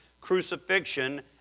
crucifixion